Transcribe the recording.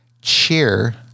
cheer